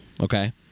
okay